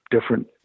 different